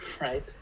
right